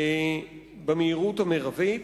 במהירות המרבית.